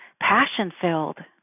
passion-filled